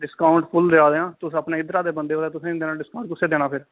discount full देआ दे आं तुस अपने इद्धरा दे बंदे ओ ते तुसें नी देना डिस्काउंट फ्ही कुसी देना फेर